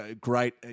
great